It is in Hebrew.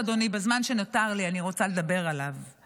בזמן שנותר לי אני רוצה לדבר על דבר נוסף,